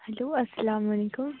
hello السّلام علیکم